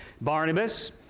Barnabas